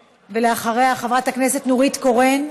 אחריה, חברת הכנסת נורית קורן.